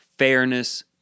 Fairness